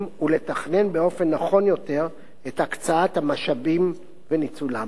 ולתכנן באופן נכון יותר את הקצאת המשאבים וניצולם.